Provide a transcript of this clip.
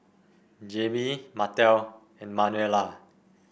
Jaime Martell and Manuela